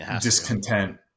discontent